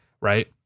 right